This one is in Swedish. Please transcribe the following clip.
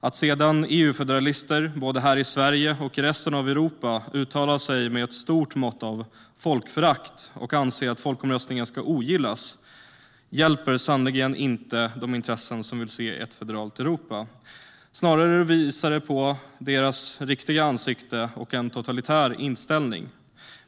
Att sedan EU-federalister både här i Sverige och i resten av Europa uttalar sig med ett stort mått av folkförakt och anser att folkomröstningen ska ogillas hjälper sannerligen inte de intressen som vill se ett federalt Europa. Snarare visar det på deras riktiga ansikte och en totalitär inställning.